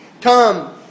Come